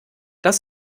das